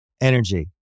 energy